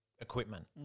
equipment